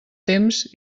temps